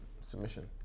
submission